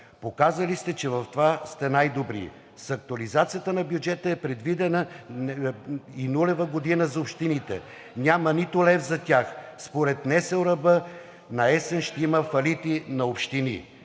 Показали сте, че в това сте най-добри. С актуализацията на бюджета е предвидена и нулева година за общините. Няма нито лев за тях. Според Националното сдружение на общините